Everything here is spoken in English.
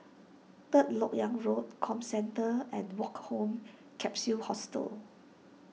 Third Lok Yang Road Comcentre and Woke Home Capsule Hostel